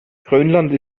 grönland